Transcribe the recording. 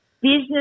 business